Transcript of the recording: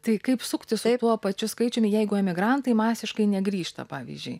tai kaip suktis su tuo pačiu skaičium jeigu emigrantai masiškai negrįžta pavyzdžiui